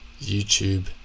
YouTube